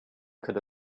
could